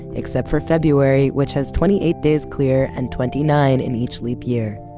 except for february, which has twenty eight days clear, and twenty nine in each leap year.